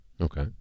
Okay